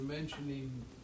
Mentioning